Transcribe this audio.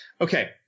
okay